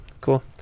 Cool